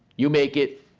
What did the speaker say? you make it,